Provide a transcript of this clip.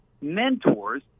mentors